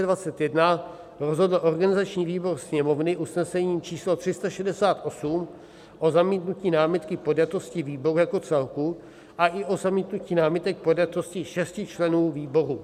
10. února 2021 rozhodl organizační výbor Sněmovny usnesením číslo 368 o zamítnutí námitky k podjatosti výboru jako celku a i o zamítnutí námitek podjatosti šesti členů výboru.